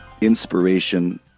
inspiration